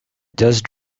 just